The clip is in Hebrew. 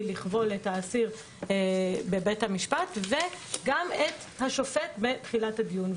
לכבול את העציר בבית המשפט וגם את השופט בתחילת הדיון.